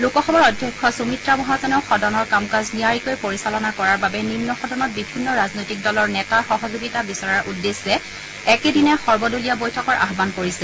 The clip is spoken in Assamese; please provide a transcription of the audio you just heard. লোকসভাৰ অধ্যক্ষ সুমিত্ৰা মহাজনেও সদনৰ কাম কাজ নিয়াৰিকৈ পৰিচালনা কৰাৰ বাবে নিম্ন সদনত বিভিন্ন ৰাজনৈতিক দলৰ নেতাৰ সহযোগিতা বিচৰাৰ উদ্দেশ্যে একেদিনাই সৰ্বদলীয় বৈঠকৰ আয়ান কৰিছে